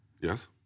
Yes